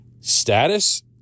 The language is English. status